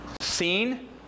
seen